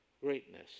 greatness